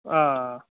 آ